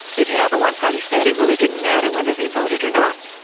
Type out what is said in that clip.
if you have a one-party state it really didn't matter whether they voted or not.